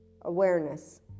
awareness